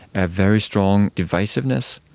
ah very strong divisiveness.